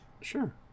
Sure